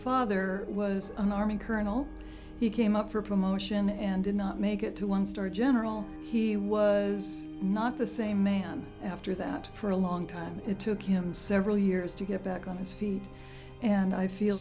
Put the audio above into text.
father was an army colonel he came up for promotion and did not make it to one star general he was not the same man after that for a long time it took him several years to get back on his feet and i feel